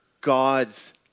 God's